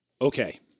Okay